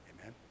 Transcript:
Amen